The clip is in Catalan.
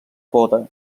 boda